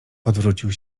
odwrócił